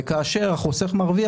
וכאשר החוסך מרוויח,